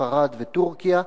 ספרד וטורקיה,